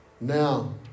Now